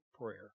prayer